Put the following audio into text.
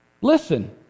Listen